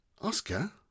Oscar